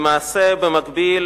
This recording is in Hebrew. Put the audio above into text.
למעשה במקביל,